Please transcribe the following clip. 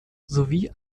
sowie